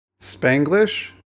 Spanglish